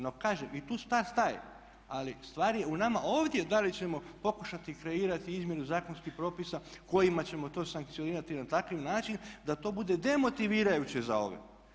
No kažem i tu stvar staje ali stvar je u nama ovdje da li ćemo pokušati kreirati izmjenu zakonskih propisa kojima ćemo to sankcionirati na takav način da to bude demotivirajuće za ove.